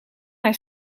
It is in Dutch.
hij